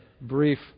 brief